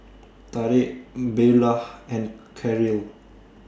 Tarik Beulah and Karyl